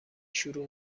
شروع